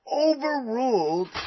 overruled